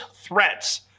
threats